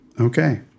Okay